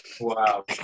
Wow